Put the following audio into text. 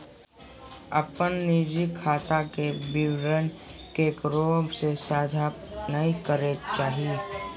अपन निजी खाता के विवरण केकरो से साझा नय करे के चाही